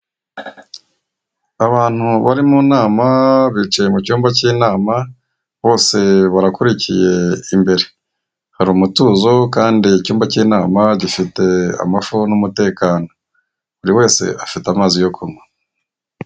Abantu bari mu nama bicaye mu cyumba k'inama bose barakurikiye imbere, hari umutuzo kandi icyumba k'inama gifite amafu n'umutekano buri wese afite amazi yo kunywa.